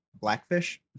Blackfish